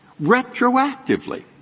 Retroactively